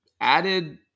added